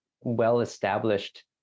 well-established